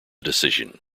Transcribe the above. decision